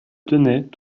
tenais